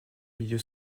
milieu